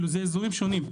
זה אזורים שונים,